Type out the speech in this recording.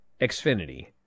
xfinity